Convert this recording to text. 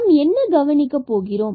நாம் என்ன கவனிக்கப் போகிறோம்